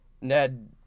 Ned